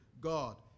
God